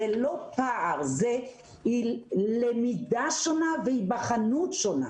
זה לא פער, זה למידה שונה והיבחנות שונה.